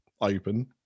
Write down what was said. open